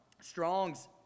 Strong's